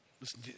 Listen